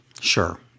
Sure